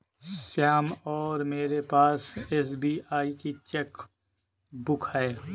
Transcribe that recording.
श्याम और मेरे पास एस.बी.आई की चैक बुक है